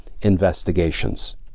investigations